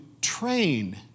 train